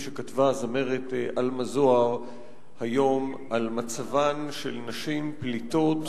שכתבה הזמרת עלמה זוהר היום על מצבן של נשים פליטות,